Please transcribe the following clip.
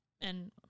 and-